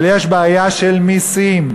אבל יש בעיה של מסים.